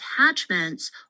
attachments